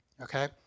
Okay